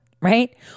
right